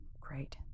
great